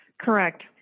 Correct